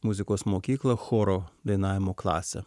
muzikos mokyklą choro dainavimo klasę